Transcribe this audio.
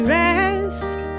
rest